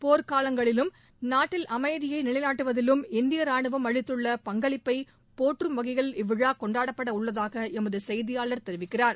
போர் காலங்களிலும் நாட்டில் அமைதியை நிலைநாட்டுவதிலும் இந்திய ரானுவம் அளித்துள்ள பங்களிப்பை போற்றும் வகையில் இவ்விழா கொண்டாடப்படவுள்ளதாக எமது செய்தியாளர் தெரிவிக்கிறார்